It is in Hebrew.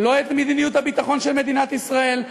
לא את מדיניות הביטחון של מדינת ישראל,